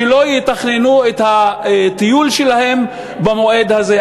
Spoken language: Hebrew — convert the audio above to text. שלא יתכננו את הטיול שלהם במועד הזה.